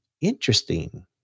interesting